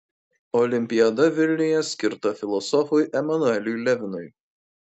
olimpiada vilniuje skirta filosofui emanueliui levinui